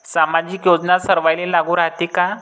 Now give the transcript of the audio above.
सामाजिक योजना सर्वाईले लागू रायते काय?